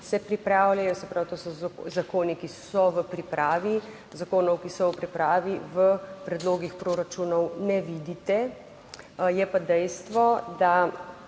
se pripravljajo, se pravi, to so zakoni, ki so v pripravi, zakonov, ki so v pripravi v predlogih proračunov ne vidite, je pa dejstvo, da